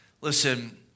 Listen